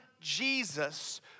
Jesus